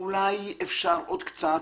אולי אפשר עוד קצת?